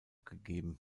gegeben